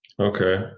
Okay